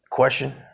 question